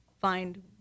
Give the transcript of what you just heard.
find